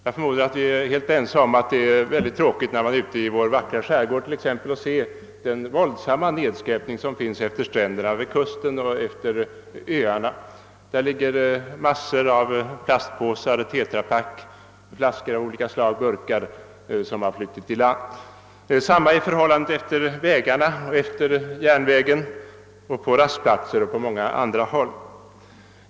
Jag förmodar att vi är helt ense om att det är mycket tråkigt att exempelvis i vår vackra skärgård se den våldsamma nedskräpningen utefter stränderna, där det ligger massor av plastpåsar, tetrapak, flaskor och burkar av olika slag som har flutit i land. Detsamma är förhållandet utmed vägarna och järnvägen, på rastplatserna och på många andra håll.